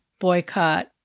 boycott